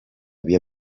via